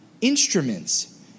instruments